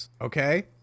Okay